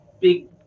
big